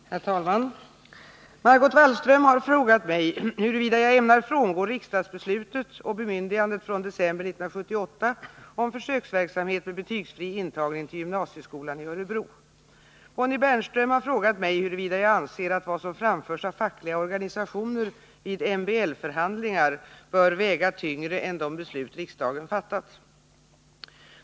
Herr talman! Margot Wallström har frågat mig huruvida jag ämnar frångå riksdagsbeslutet och bemyndigandet från december 1978 om försöksverksamhet med betygsfri intagning till gymnasieskolan i Örebro. Bonnie Bernström har frågat mig huruvida jag anser att vad som framförs av fackliga organisationer vid MBL-förhandlingar bör väga tyngre än de beslut riksdagen fattat.